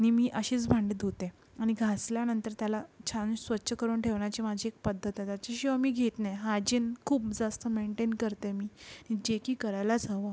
नि मी अशीच भांडी धुते आणि घासल्यानंतर त्याला छान स्वच्छ करून ठेवण्याची माझी एक पद्धत आहे त्याच्याशिवाय मी घेत नाही हायजीन खूप जास्त मेंटेन करते मी जे की करायलाच हवं